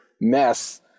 mess